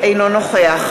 אינו נוכח